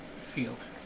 field